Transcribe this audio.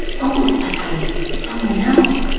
almost, like i was someone else.